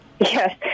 Yes